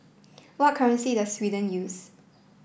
what currency does Sweden use